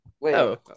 Wait